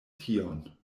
tion